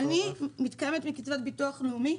אני מתקיימת מקצבת ביטוח לאומי.